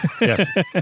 Yes